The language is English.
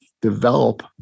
develop